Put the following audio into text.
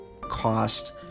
cost